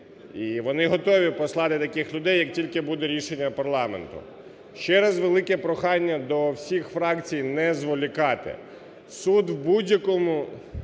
вони готові послати таких людей, як тільки буде рішення парламенту. Ще раз велике прохання до всіх фракцій не зволікати. Суд у будь-якому